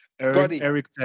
Eric